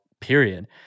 period